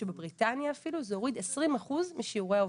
זה הוריד 20 אחוז משיעורי האובדנות.